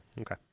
Okay